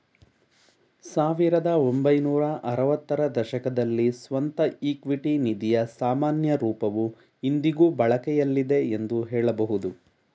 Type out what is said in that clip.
ಸಾವಿರದ ಒಂಬೈನೂರ ಆರವತ್ತ ರ ದಶಕದಲ್ಲಿ ಸ್ವಂತ ಇಕ್ವಿಟಿ ನಿಧಿಯ ಸಾಮಾನ್ಯ ರೂಪವು ಇಂದಿಗೂ ಬಳಕೆಯಲ್ಲಿದೆ ಎಂದು ಹೇಳಬಹುದು